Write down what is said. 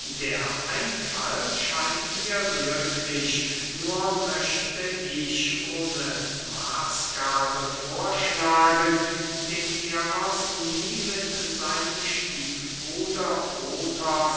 der einfall scheint mir glücklich nur möchte ich ohne maßgabe vorschlagen den eros nie mit seinem stiefbruder pothos